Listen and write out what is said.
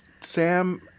Sam